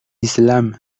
islam